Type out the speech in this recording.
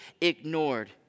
ignored